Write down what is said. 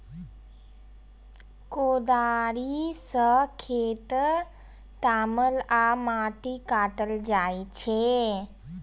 कोदाड़ि सं खेत तामल आ माटि काटल जाइ छै